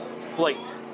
flight